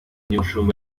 mushumba